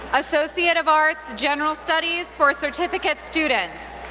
associate of arts, general studies for certificate students.